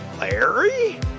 Larry